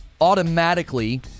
automatically